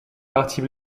partie